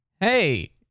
hey